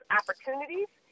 opportunities